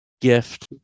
gift